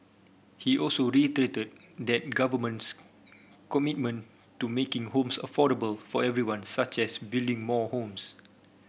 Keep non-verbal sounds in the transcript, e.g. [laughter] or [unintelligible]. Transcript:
he also [unintelligible] the Government's commitment to making homes affordable for everyone such as building more homes